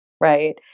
right